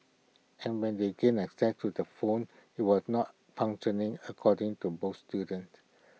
and when they gained access to the phone IT was not functioning according to both students